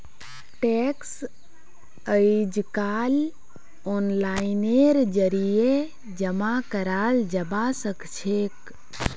tax अइजकाल ओनलाइनेर जरिए जमा कराल जबा सखछेक